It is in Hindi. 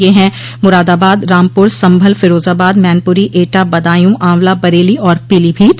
ये हैं मुरादाबाद रामपुर संभल फिरोजाबाद मैनपुरी एटा बदांयू आंवला बरेली और पीलीभीत